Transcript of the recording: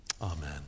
Amen